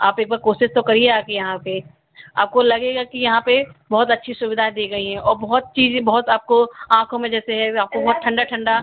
आप एक बार कोशिश तो करिए आके यहाँ पर आपको लगेगा कि यहाँ पर बहुत अच्छी सुविधाएँ दी गई हैं औ बहुत चीजें बहुत आपको आँखों में जैसे है आँखों में ठंडा ठंडा